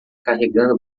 carregando